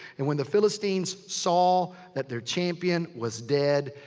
and when the philistines saw that their champion was dead,